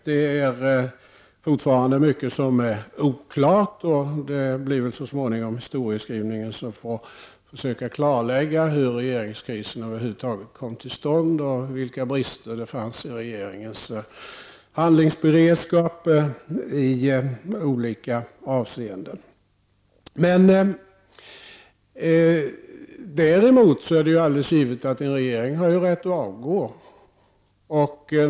Det är fortfarande mycket som är oklart. Det blir väl så småningom historieskrivningen som får försöka klarlägga hur regeringskrisen över huvud taget kom till stånd och vilka brister som fanns i regeringens handlingsberedskap i olika avseenden. Däremot är det helt givet att en regering har rätt att avgå.